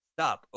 Stop